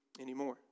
anymore